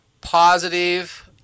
positive